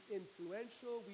influential